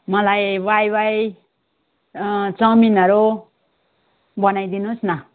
मलाई वाइवाइ चाउमिनहरू बनाइ दिनुहोस् न